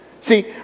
see